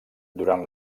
durant